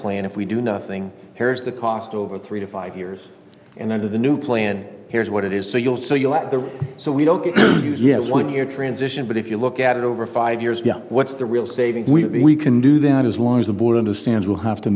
plan if we do nothing here's the cost over three to five years and under the new plan here's what it is so you'll see you at the so we don't use yes one year transition but if you look at it over five years yeah what's the real savings we can do that as long as the board understands will have to